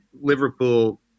Liverpool